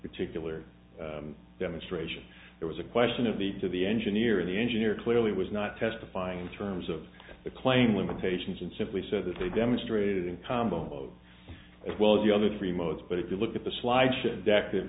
particular demonstration there was a question of the to the engineer in the engineer clearly was not testifying in terms of the claim limitations and simply said that they demonstrated in combo mode as well as the other three modes but if you look at the slide deck that